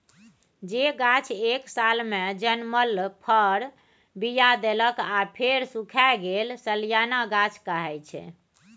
जे गाछ एक सालमे जनमल फर, बीया देलक आ फेर सुखाए गेल सलियाना गाछ कहाइ छै